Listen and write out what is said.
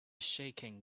shaking